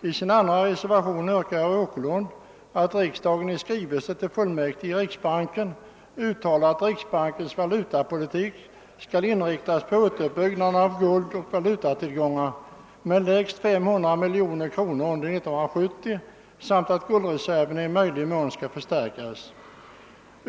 I sin andra reservation yrkar herr Åkerlund att >riksdagen ——— i skrivelse till fullmäktige i riksbanken uttalar att riksbankens valutapolitik skall inriktas på återuppbyggnad av guldoch valutatillgångarna med lägst 500 miljoner kronor under 1970 samt att guldreserven i möjlig mån skall förstärkas».